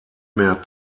mehr